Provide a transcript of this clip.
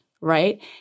right